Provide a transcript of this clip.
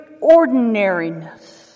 ordinariness